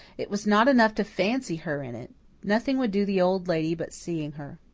it was not enough to fancy her in it nothing would do the old lady but seeing her.